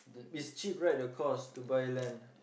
is cheap right the cost to buy land